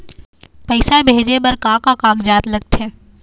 पैसा भेजे बार का का कागजात लगथे?